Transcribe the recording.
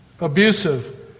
abusive